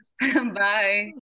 Bye